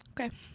Okay